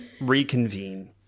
reconvene